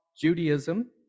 Judaism